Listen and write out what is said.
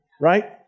Right